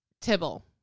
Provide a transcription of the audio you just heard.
Tibble